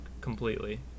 completely